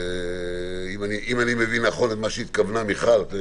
אם אני מבין נכון את כוונתה של מיכל.